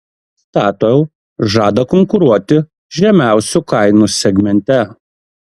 statoil žada konkuruoti žemiausių kainų segmente